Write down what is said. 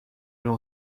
n’en